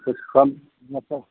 कुछ कम मतलब